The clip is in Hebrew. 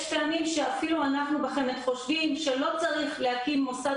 יש פעמים שאפילו אנחנו בחמ"ד חושבים שלא צריך להקים מוסד